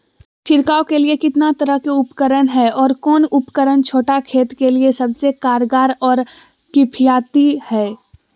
छिड़काव के लिए कितना तरह के उपकरण है और कौन उपकरण छोटा खेत के लिए सबसे कारगर और किफायती है?